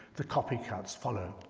the copycats follow.